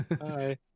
Hi